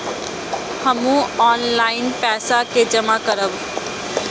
हमू ऑनलाईनपेसा के जमा करब?